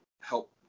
help